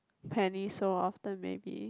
Penny so often maybe